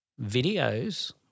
videos